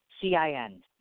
cin